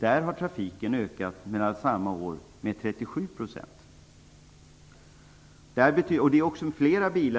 Där har trafiken under samma period ökat med 37 %, och där finns också fler bilar.